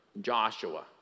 Joshua